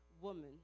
woman